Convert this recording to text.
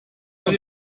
son